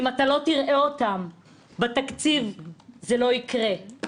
אם אתה לא תראה אותם בתקציב זה לא יקרה.